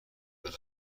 بروم